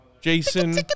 Jason